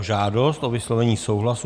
Žádost o vyslovení souhlasu